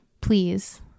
please